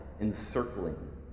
encircling